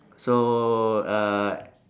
so err